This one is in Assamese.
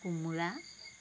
কোমোৰা